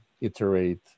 iterate